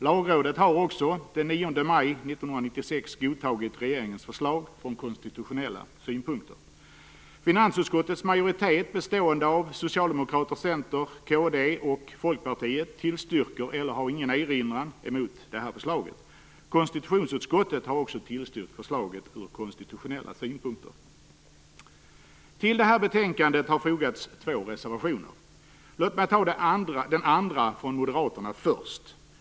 Lagrådet har också den 9 maj Folkpartiet, tillstyrker eller har ingen erinran mot det här förslaget. Konstitutionsutskottet har också tillstyrkt förslaget ur konstitutionell synpunkt. Till det här betänkandet har fogats två reservationer. Låt mig ta den från moderaterna först.